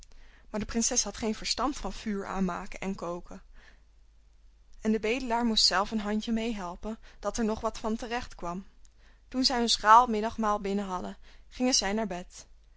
maar de prinses had geen verstand van vuur aanmaken en koken en de bedelaar moest zelf een handje meè helpen dat er nog wat van terecht kwam toen zij hun schraal middagmaal binnen hadden gingen zij naar bed